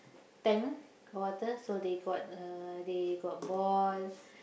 tank of water so they got uh they got ball